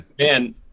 man